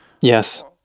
Yes